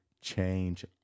change